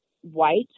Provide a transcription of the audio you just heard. white